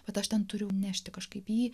bet aš ten turiu nešti kažkaip jį